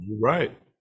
Right